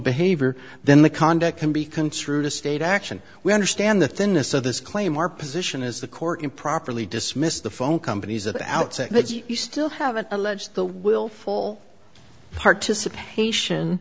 behavior then the conduct can be construed as state action we understand the thinness of this claim our position is the court improperly dismissed the phone companies that out say that you still haven't alleged the willful participation